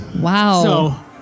Wow